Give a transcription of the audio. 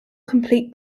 complete